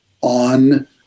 on